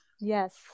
yes